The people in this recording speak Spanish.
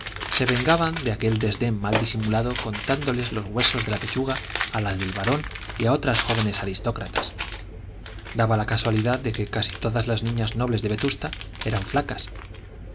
se vengaban de aquel desdén mal disimulado contándoles los huesos de la pechuga a las del barón y a otras jóvenes aristócratas daba la casualidad de que casi todas las niñas nobles de vetusta eran flacas ana